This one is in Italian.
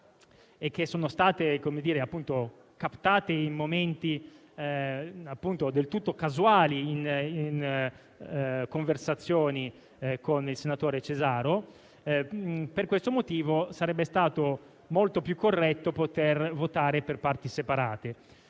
che sono state captate in momenti del tutto casuali in conversazioni con il senatore Cesaro, sarebbe stato molto più corretto poter votare per parti separate.